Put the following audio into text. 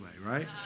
right